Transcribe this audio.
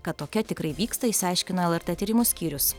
kad tokia tikrai vyksta išsiaiškino lrt tyrimų skyrius